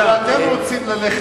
אבל אתם רוצים ללכת,